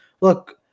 Look